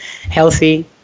healthy